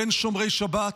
בין שומרי שבת,